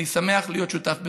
אני שמח להיות שותף בזה.